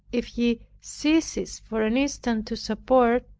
if he ceases for an instant to support,